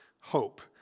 hope